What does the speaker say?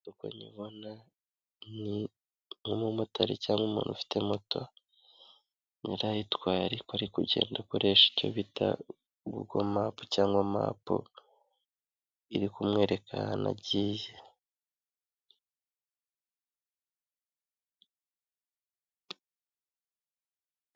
Nk'uko mubibona, ni nk'umumotari cyangwa umuntu ufite moto yari ayitwaye ariko ari kugenda ukoreshe icyo bitago mapu cyangwa gugo mapu iri kumwereka aho agiye.